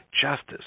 Justice